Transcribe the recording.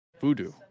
Voodoo